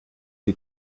die